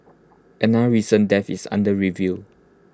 another recent death is under review